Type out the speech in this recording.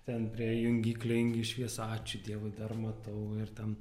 ten prie jungiklio jungi šviesą ačiū dievui dar matau ir ten